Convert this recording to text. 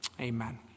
Amen